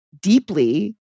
deeply